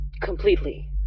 completely